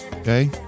Okay